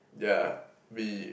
yeah we